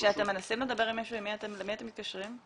כשאתם מנסים לדבר עם מישהו, למי אתם מתקשרים?